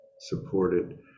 supported